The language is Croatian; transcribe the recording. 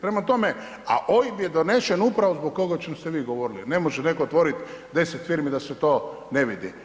Prema tome, a OIB je donesen upravo zbog ovoga o čemu ste vi govorili, ne može netko otvoriti 10 firmi a da se to ne vidi.